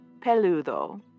peludo